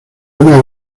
una